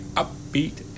upbeat